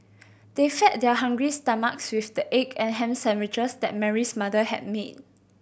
they fed their hungry stomachs with the egg and ham sandwiches that Mary's mother had made